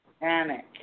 panic